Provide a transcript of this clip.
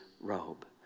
robe